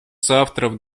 соавторов